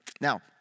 Now